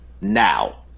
now